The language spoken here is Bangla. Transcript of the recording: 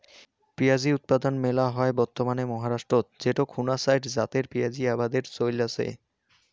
পিঁয়াজী উৎপাদন মেলা হয় বর্তমানে মহারাষ্ট্রত যেটো খুনা চাইর জাতের পিয়াঁজী আবাদের চইল আচে